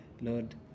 Lord